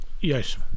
yes